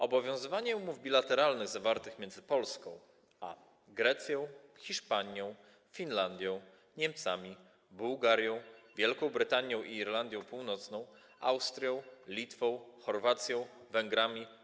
Obowiązywanie umów bilateralnych zawartych między Polską a Grecją, Hiszpanią, Finlandią, Niemcami, Bułgarią, Wielką Brytanią i Irlandią Północną, Austrią, Litwą, Chorwacją, Węgrami,